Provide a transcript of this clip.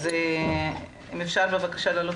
אז אם אפשר להעלות אותו